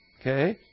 Okay